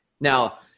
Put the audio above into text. Now